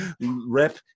Rep